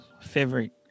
favorite